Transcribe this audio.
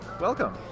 Welcome